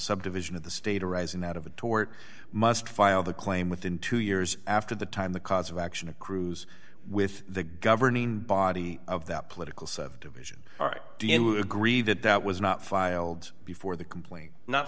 subdivision of the state arising out of a tort must file the claim within two years after the time the cause of action a cruise with the governing body of that political subdivision art agree that that was not filed before the complaint not